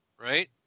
right